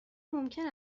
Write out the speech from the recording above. ممکن